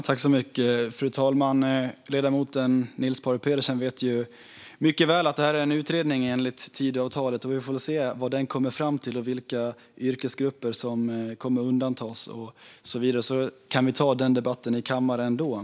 Fru talman! Ledamoten Niels Paarup-Petersen vet mycket väl att det är en utredning enligt Tidöavtalet. Vi får se vad den kommer fram till och vilka yrkesgrupper som kommer att undantas. Vi kan ta debatten i kammaren då.